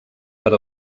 per